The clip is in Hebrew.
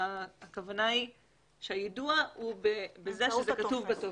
הכוונה היא בזה שזה כתוב בטופס.